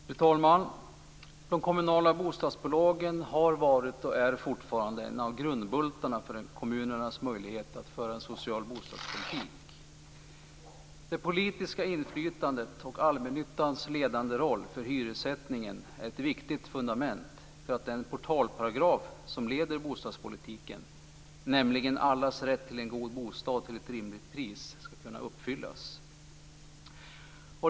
Fru talman! De kommunala bostadsbolagen har varit och är fortfarande en av grundbultarna för kommunernas möjligheter att föra en social bostadspolitik. Det politiska inflytandet och allmännyttans ledande roll för hyressättningen är ett viktigt fundament för att den portalparagraf som leder bostadspolitiken, nämligen allas rätt till en god bostad till ett rimligt pris, skall kunna uppfyllas.